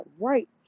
right